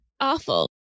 awful